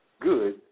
good